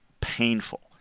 painful